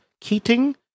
Keating